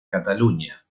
cataluña